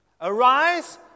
Arise